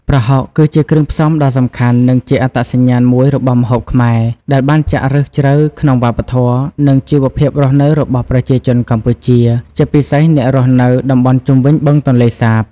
ប្រហុក គឺជាគ្រឿងផ្សំដ៏សំខាន់ និងជាអត្តសញ្ញាណមួយរបស់ម្ហូបខ្មែរ ដែលបានចាក់ឫសជ្រៅក្នុងវប្បធម៌ និងជីវភាពរស់នៅរបស់ប្រជាជនកម្ពុជា ជាពិសេសអ្នករស់នៅតំបន់ជុំវិញបឹងទន្លេសាប។